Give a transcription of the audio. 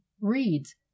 reads